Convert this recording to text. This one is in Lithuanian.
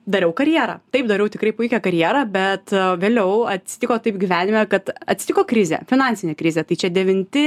dariau karjerą taip dariau tikrai puikią karjerą bet vėliau atsitiko taip gyvenime kad atsitiko krizė finansinė krizė tai čia devinti